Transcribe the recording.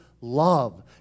love